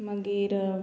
मागीर